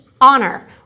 honor